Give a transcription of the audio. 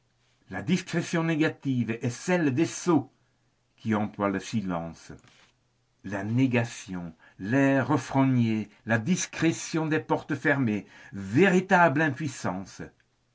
la discrétion négative est celle des sots qui emploient le silence la négation l'air renfrogné la discrétion des portes fermées véritable impuissance